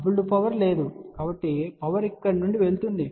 coupled power లేదు కాబట్టి power ఇక్కడ నుండి వెళ్తుంది